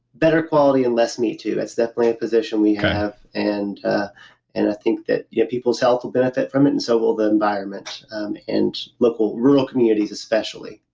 better quality and less meat too that's definitely a position we have. and ah and i think that yeah people's health will benefit from it and so will the environment and local rural communities especially